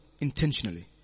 intentionally